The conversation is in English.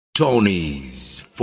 TONY'S